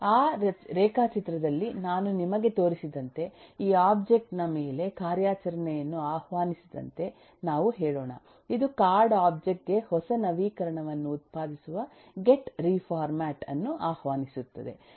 ಆ ರೇಖಾಚಿತ್ರದಲ್ಲಿ ನಾನು ನಿಮಗೆ ತೋರಿಸಿದಂತೆ ಈ ಒಬ್ಜೆಕ್ಟ್ ನ ಮೇಲೆ ಕಾರ್ಯಾಚರಣೆಯನ್ನು ಆಹ್ವಾನಿಸಿದಂತೆ ನಾವು ಹೇಳೋಣ ಇದು ಕಾರ್ಡ್ ಒಬ್ಜೆಕ್ಟ್ ಗೆ ಹೊಸ ನವೀಕರಣವನ್ನು ಉತ್ಪಾದಿಸುವ ಗೆಟ್ ರಿಫಾರ್ಮ್ಯಾಟ್ ಅನ್ನು ಆಹ್ವಾನಿಸುತ್ತದೆ